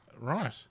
Right